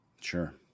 Sure